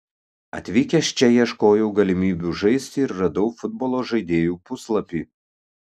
atvykęs čia ieškojau galimybių žaisti ir radau futbolo žaidėjų puslapį